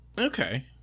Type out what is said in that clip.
Okay